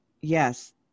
yes